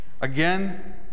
Again